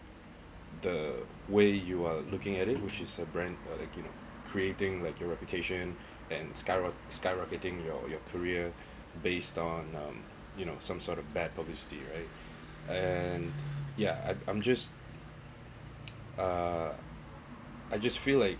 the way you are looking at it which is a brand uh like you know creating like your reputation and skyro~ skyrocketing your your career based on um you know some sort of bad publicity right and yeah and I'm just uh I just feel like